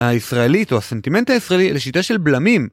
הישראלית או הסנטימנט הישראלי לשיטה של בלמים